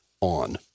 on